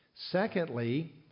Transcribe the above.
Secondly